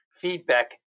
feedback